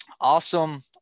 awesome